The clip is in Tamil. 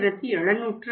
இது 4